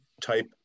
type